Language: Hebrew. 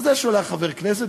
הוא היה שולח חבר כנסת,